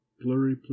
blurry